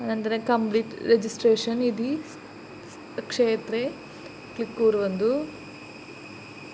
अनन्तरं complete registration इति क्षेत्रे क्लिक् कुर्वन्तु